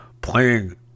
playing